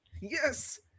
Yes